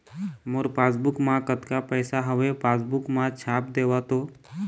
मोर passbook मा कतका पैसा हवे पासबुक मा छाप देव तो?